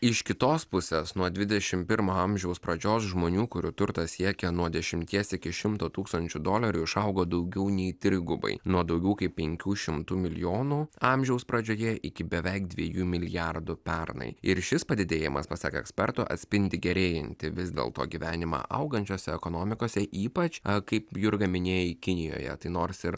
iš kitos pusės nuo dvidešimt pirmo amžiaus pradžios žmonių kurių turtas siekia nuo dešimties iki šimto tūkstančių dolerių išaugo daugiau nei trigubai nuo daugiau kaip penkių šimtų milijonų amžiaus pradžioje iki beveik dviejų milijardų pernai ir šis padidėjimas pasak eksperto atspindi gerėjantį vis dėl to gyvenimą augančiose ekonomikose ypač kaip jurga minėjai kinijoje tai nors ir